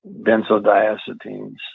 benzodiazepines